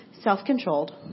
self-controlled